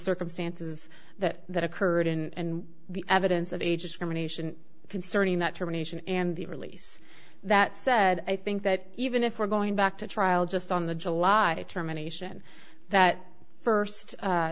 circumstances that that occurred in evidence of age discrimination concerning that termination and the release that said i think that even if we're going back to trial just on the july terminations that first